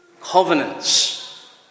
covenants